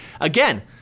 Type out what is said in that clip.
Again